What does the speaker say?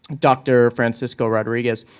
dr. francisco rodriguez.